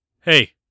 hey